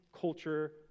culture